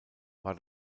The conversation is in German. war